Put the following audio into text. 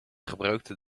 gebruikte